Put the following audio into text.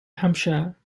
hampshire